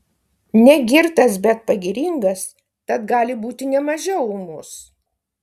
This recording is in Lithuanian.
negirtas bet pagiringas tad gali būti ne mažiau ūmus